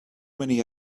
many